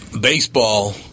baseball